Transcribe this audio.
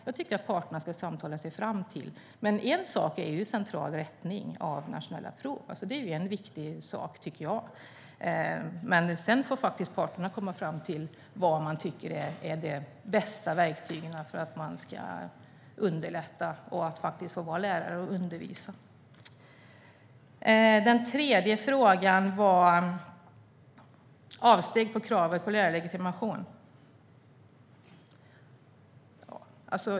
Jag tycker att parterna ska samtala sig fram till det. Central rättning av nationella prov är en viktig sak, men sedan får parterna komma fram till vad man tycker är de bästa verktygen för att underlätta för lärarna i undervisningen. Den tredje frågan gällde avsteg från kravet på lärarlegitimation.